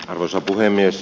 arvoisa puhemies